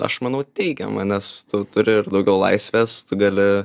aš manau teigiamą nes tu turi ir daugiau laisves gali